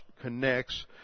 connects